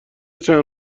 چند